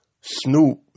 Snoop